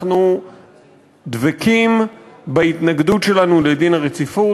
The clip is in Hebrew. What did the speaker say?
אנחנו דבקים בהתנגדות שלנו לדין הרציפות.